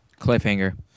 Cliffhanger